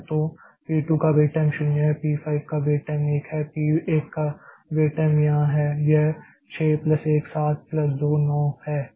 तो पी 2 का wait time 0 है पी 5 का वेट टाइम 1 है पी 1 का वेट टाइम यहां है यह 6 प्लस 1 7 प्लस 2 9 है